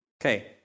Okay